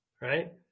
right